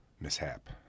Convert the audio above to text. mishap